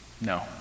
no